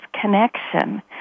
connection